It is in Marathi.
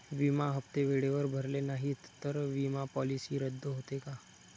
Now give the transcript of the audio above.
विमा हप्ते वेळेवर भरले नाहीत, तर विमा पॉलिसी रद्द होते का?